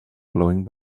blowing